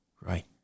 right